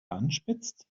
anspitzt